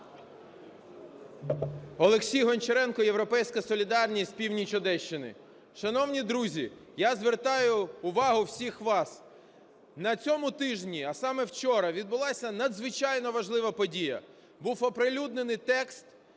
Олексій Гончаренко "Європейська солідарність", північ Одещини. Шановні друзі, я звертаю увагу всіх вас, на цьому тижні, а саме вчора, відбулася надзвичайно важлива подія: був оприлюднений текст